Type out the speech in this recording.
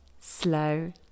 slow